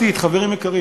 חבר הכנסת, נקיים,